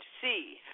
see